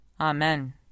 Amen